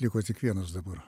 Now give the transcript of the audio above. liko tik vienas dabar